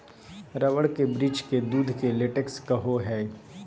rubber के वृक्ष के दूध के लेटेक्स कहो हइ